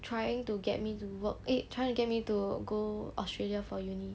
trying to get me to work eh trying to get me to go australia for uni